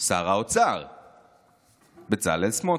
שר האוצר בצלאל סמוטריץ'.